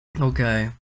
Okay